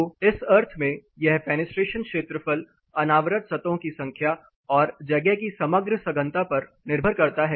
तो इस अर्थ में यह फेनेस्ट्रेशन क्षेत्रफल अनावृत सतहों के संख्या और जगह की समग्र सघनता पर निर्भर करता है